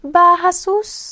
Bahasus